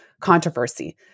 controversy